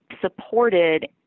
supported